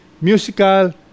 musical